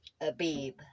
Abib